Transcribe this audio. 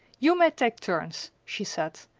you may take turns, she said,